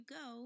go